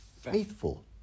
faithful